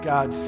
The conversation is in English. God